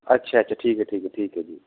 ਅੱਛਾ ਅੱਛਾ ਠੀਕ ਹੈ ਠੀਕ ਹੈ ਠੀਕ ਹੈ ਜੀ